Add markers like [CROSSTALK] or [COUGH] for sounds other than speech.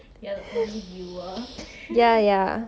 you're the only viewer [LAUGHS]